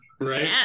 Right